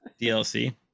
DLC